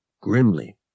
Grimly